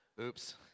Oops